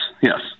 yes